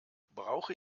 brauche